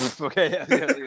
Okay